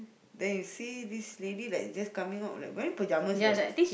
then you see this lady like just coming out like wearing pajamas like that